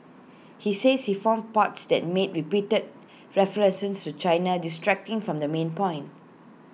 he says he found parts that made repeated references to China distracting from the main point